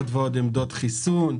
עוד ועוד עמדות חיסון,